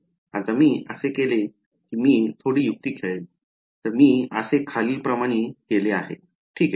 आता मी असे केले की मी थोडी युक्ती खेळली तर मी असे खालील प्रमाणे केले ठीक आहे